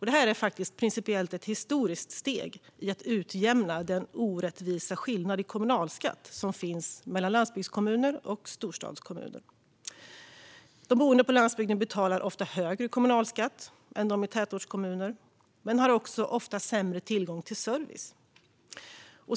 Det är faktiskt ett principiellt historiskt steg i att utjämna den orättvisa skillnad i kommunalskatt som finns mellan landsbygdskommuner och storstadskommuner. De boende på landsbygden betalar ofta högre kommunalskatt än de boende i tätortskommuner men har ofta sämre tillgång till service.